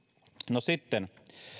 no sitten